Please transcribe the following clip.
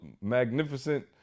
Magnificent